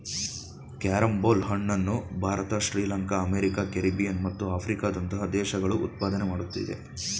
carrom ಬೋಲ್ ಹಣ್ಣನ್ನು Bharat Sri Lanka America Caribbean ಮತ್ತು ಆಫ್ರಿಕಾದಂತಹ ದೇಶಗಳು ಉತ್ಪಾದನೆ ಮಾಡುತ್ತಿದೆ